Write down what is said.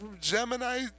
Gemini